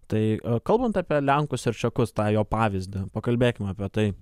tai kalbant apie lenkus ir čekus tą jo pavyzdį pakalbėkim apie tai